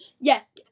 Yes